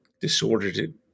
disordered